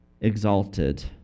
exalted